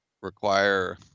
require